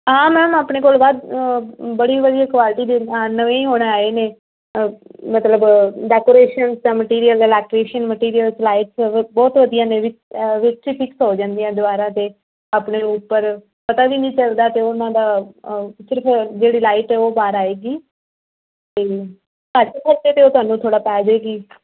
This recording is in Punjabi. ਹਾਂ ਮੈਮ ਆਪਣੇ ਕੋਲ ਵੱਧ ਬੜੀ ਵਧੀਆ ਕਵਾਲਿਟੀ ਦੇ ਨਵੇਂ ਹੀ ਹੁਣ ਆਏ ਨੇ ਮਤਲਬ ਡੈਕੋਰੇਸ਼ਨ ਦਾ ਮਟੀਰੀਅਲ ਇਲੈਕਟ੍ਰੀਸ਼ਨ ਮਟੀਰੀਅਲ ਸਲਾਈਡ ਬਹੁਤ ਵਧੀਆ ਨੇ ਵਿੱਚ ਵਿੱਚ ਫਿਕਸ ਹੋ ਜਾਂਦੀਆਂ ਦੁਬਾਰਾ ਅਤੇ ਆਪਣੇ ਉੱਪਰ ਪਤਾ ਵੀ ਚਲਦਾ ਅਤੇ ਉਨ੍ਹਾਂ ਦਾ ਸਿਰਫ਼ ਜਿਹੜੀ ਲਾਈਟ ਹੈ ਉਹ ਬਾਹਰ ਆਵੇਗੀ ਅਤੇ ਘੱਟ ਖਰਚੇ 'ਤੇ ਉਹ ਤੁਹਾਨੂੰ ਥੋੜ੍ਹਾ ਪੈ ਜਾਵੇਗੀ